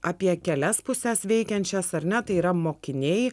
apie kelias puses veikiančias ar ne tai yra mokiniai